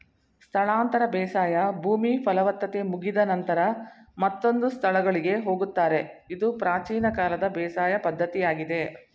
ಸ್ಥಳಾಂತರ ಬೇಸಾಯ ಭೂಮಿ ಫಲವತ್ತತೆ ಮುಗಿದ ನಂತರ ಮತ್ತೊಂದು ಸ್ಥಳಗಳಿಗೆ ಹೋಗುತ್ತಾರೆ ಇದು ಪ್ರಾಚೀನ ಕಾಲದ ಬೇಸಾಯ ಪದ್ಧತಿಯಾಗಿದೆ